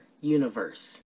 universe